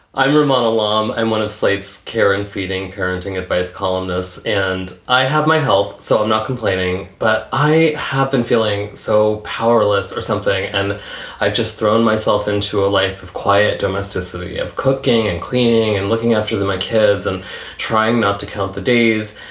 i'm ramona long and one of slate's karen feeding parenting advice columnists and i have my health, so i'm not complaining, but i have been feeling so powerless or something and i've just thrown myself into a life of quiet domesticity, of cooking and cleaning and looking after my kids and trying not to count the days.